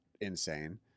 insane